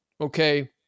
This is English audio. okay